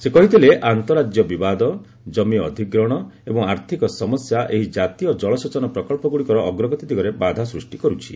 ସେ କହିଥିଲେ ଆନ୍ତଃରାଜ୍ୟ ବିବାଦ ଜମି ଅଧିଗ୍ରହଣ ଏବଂ ଆର୍ଥିକ ସମସ୍ୟା ଏହି ଜାତୀୟ କଳସେଚନ ପ୍ରକଚ୍ଚଗୁଡ଼ିକର ଅଗ୍ରଗତି ଦିଗରେ ବାଧା ସୃଷ୍ଟି କରୁଛି